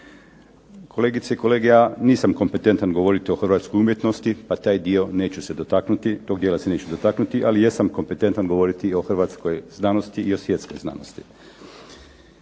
Kolegice i kolege, ja nisam kompetentan govoriti o hrvatskoj umjetnosti pa toga dijela se neću dotaknuti. Ali jesam kompetentan govoriti o hrvatskoj i svjetskoj znanosti.